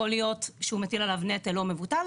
יכול להיות שהוא מטיל עליו נטל לא מבוטל.